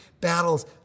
battles